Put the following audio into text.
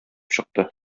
чыкты